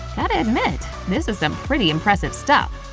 gotta admit, this is some pretty impressive stuff!